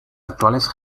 actuales